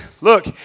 look